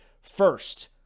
first